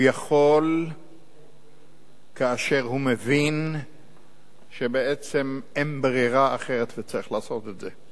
הוא יכול כאשר הוא מבין שבעצם אין ברירה אחרת וצריך לעשות את זה.